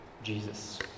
Jesus